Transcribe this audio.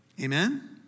Amen